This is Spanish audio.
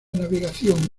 navegación